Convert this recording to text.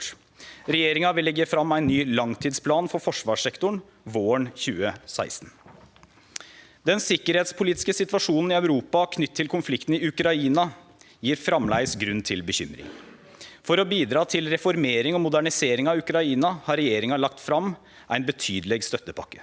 Regjeringa vil leggje fram ein ny langtidsplan for forsvarssektoren våren 2016. Den sikkerheitspolitiske situasjonen i Europa knytt til konflikten i Ukraina gir framleis grunn til bekymring. For å bidra til reformering og modernisering av Ukraina har regjeringa lagt fram ein betydeleg støttepakke.